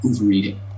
overeating